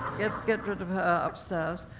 get rid of her upstairs.